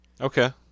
Okay